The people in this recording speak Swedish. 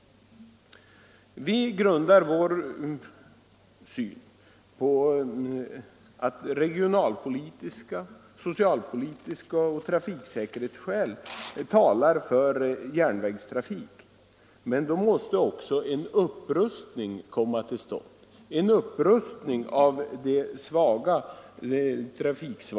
Vi grundar vår syn på att regionalpolitiska och socialpolitiska skäl samt trafiksäkerhetsskäl talar för järnvägstrafik. Men då måste också en upprustning av det trafiksvaga nätet komma till stånd.